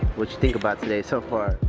what you think about today so far?